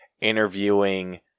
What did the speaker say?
interviewing